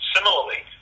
Similarly